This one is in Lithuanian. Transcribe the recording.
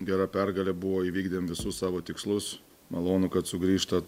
gera pergalė buvo įvykdėm visus savo tikslus malonu kad sugrįžta